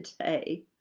today